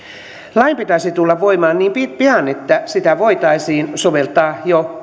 lain pitäisi tulla voimaan niin pian että sitä voitaisiin soveltaa jopa jo